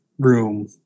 room